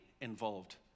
involved